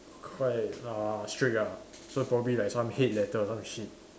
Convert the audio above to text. quite uh strict ah so probably like some hate letter or some shit